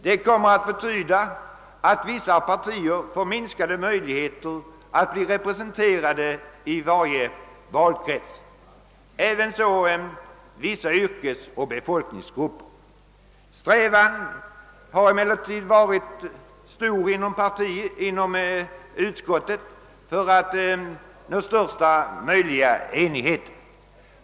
Det kommer att betyda att vissa partier får minskade möjligheter att bli representerade i varje valkrets liksom också vissa yrkesoch befolkningsgrupper. Utskottet har emellertid eftersträvat att nå största möjliga enighet.